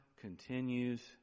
continues